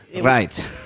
Right